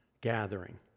gathering